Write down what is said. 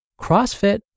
CrossFit